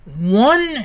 one